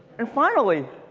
and finally,